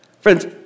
Friends